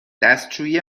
دستشویی